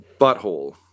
Butthole